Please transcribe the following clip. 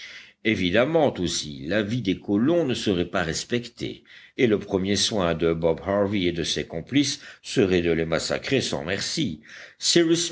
évidemment aussi la vie des colons ne serait pas respectée et le premier soin de bob harvey et de ses complices serait de les massacrer sans merci